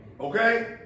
Okay